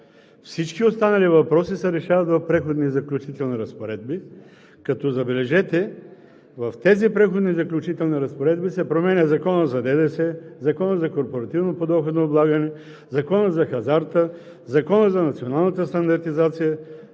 Всички останали въпроси се решават в Преходни и заключителни разпоредби, като – забележете – в тези Преходни и заключителни разпоредби се променя Законът за ДДС, Законът за корпоративното подоходно облагане, Законът за хазарта, Законът за националната стандартизация,